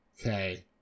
Okay